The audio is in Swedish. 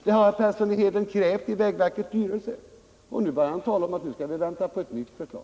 Herr Persson har krävt det i vägverkets styrelse. Men nu börjar han tala om att vi skall vänta på ett nytt förslag!